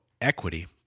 equity